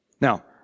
Now